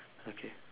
okay